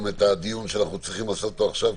את הדיון שאנחנו צריכים לעשות אותו עכשיו,